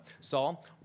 Saul